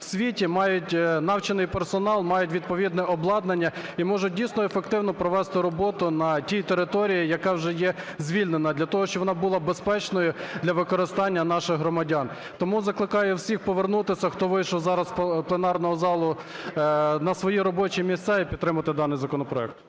в світі, мають навчений персонал, мають відповідне обладнання і можуть, дійсно, ефективно провести роботу на тій території, яка вже є звільнена для того, щоб вона була безпечною для використання наших громадян. Тому закликаю всіх повернутися, хто вийшов зараз з пленарного залу, на свої робочі місця і підтримати даний законопроект.